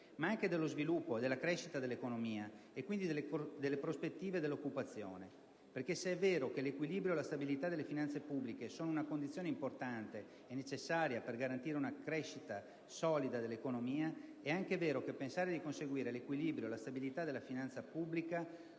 ma anche dello sviluppo e della crescita dell'economia e quindi delle prospettive dell'occupazione. Perché se è vero che l'equilibrio e la stabilità delle finanze pubbliche sono una condizione importante e necessaria per garantire una crescita solida dell'economia, è anche vero che pensare di conseguire l'equilibrio e la stabilità della finanza pubblica